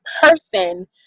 person